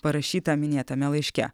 parašyta minėtame laiške